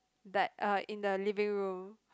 but uh in the living room